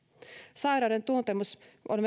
sairauden tuntemus on